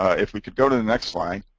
if we could go to the next slide.